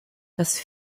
das